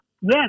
yes